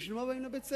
בד בבד.